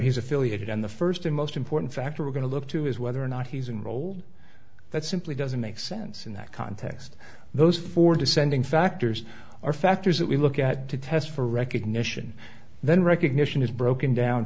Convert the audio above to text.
he's affiliated on the first and most important factor we're going to look to is whether or not he's been rolled that simply doesn't make sense in that context those four descending factors are factors that we look at to test for recognition then recognition is broken down